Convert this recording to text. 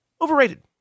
Overrated